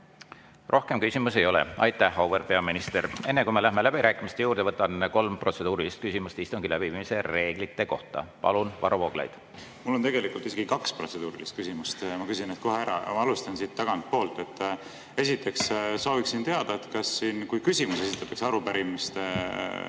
Rohkem küsimusi ei ole. Aitäh, auväärt peaminister! Enne, kui me läheme läbirääkimiste juurde, võtan kolm protseduurilist küsimust istungi läbiviimise reeglite kohta. Palun, Varro Vooglaid! Mul on tegelikult isegi kaks protseduurilist küsimust, ma küsin need kohe ära. Ma alustan tagantpoolt. Esiteks sooviksin teada, et kui küsimusi esitatakse arupärimiste